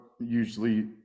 usually